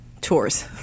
tours